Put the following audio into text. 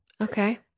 Okay